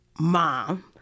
mom